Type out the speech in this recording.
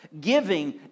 Giving